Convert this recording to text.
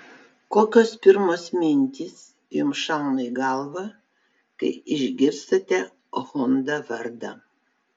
kokios pirmos mintys jums šauna į galvą kai išgirstate honda vardą